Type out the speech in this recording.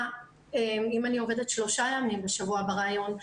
אם אני עובדת שלושה ימים בשבוע בראיון,